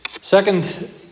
Second